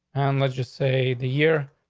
and let's just say the year,